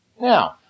Now